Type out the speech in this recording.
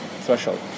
threshold